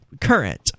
current